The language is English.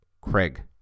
Craig